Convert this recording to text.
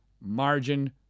margin